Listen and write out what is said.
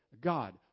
God